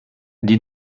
die